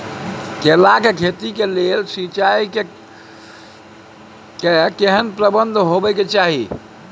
केला के खेती के लेल सिंचाई के केहेन प्रबंध होबय के चाही?